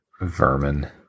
vermin